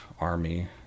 Army